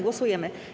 Głosujemy.